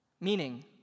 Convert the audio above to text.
meaning